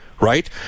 right